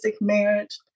marriage